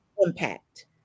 impact